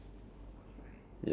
inception is it